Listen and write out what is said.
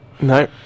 No